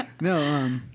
No